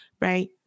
right